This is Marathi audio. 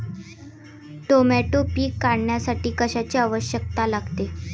टोमॅटो पीक काढण्यासाठी कशाची आवश्यकता लागते?